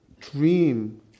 dream